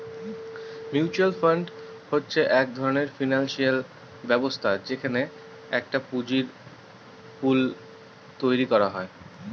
mutual fund হচ্ছে এক ধরনের ফিনান্সিয়াল ব্যবস্থা যেখানে একটা পুঁজির পুল তৈরী করা হয়